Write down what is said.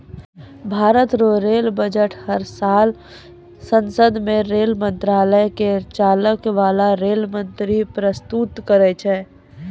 भारत रो rail budget हर साल सांसद मे रेल मंत्रालय के चलाय बाला रेल मंत्री परस्तुत करै छै